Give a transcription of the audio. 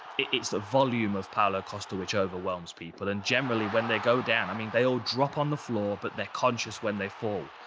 it's the volume of paulo costa which overwhelms people and generally, when they go down, i mean, they all drop on the floor, but they're conscious when they fall.